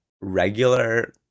regular